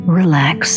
relax